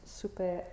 super